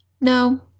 No